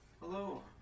Hello